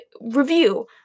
review